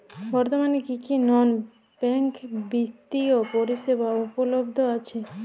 বর্তমানে কী কী নন ব্যাঙ্ক বিত্তীয় পরিষেবা উপলব্ধ আছে?